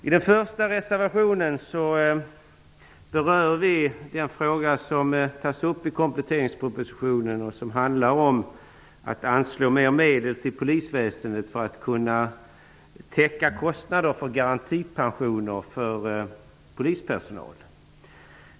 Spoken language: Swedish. I den första reservationen berör vi den i kompletteringspropositionen behandlade frågan om att anslå mer medel till polisväsendet för täckande av kostnader för garantipensioner för polispersonal.